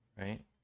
right